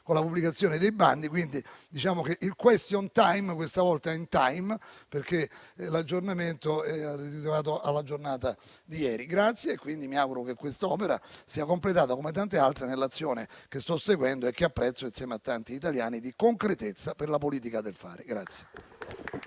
con la pubblicazione dei bandi, quindi diciamo che il *question time* questa volta è *in time* perché l'aggiornamento è rilevato alla giornata di ieri. La ringrazio ancora e mi auguro che quest'opera sia completata, come tante altre, nell'azione che sto seguendo e che apprezzo, insieme a tanti italiani, di concretezza per la politica del fare.